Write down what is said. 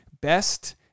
best